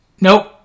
Nope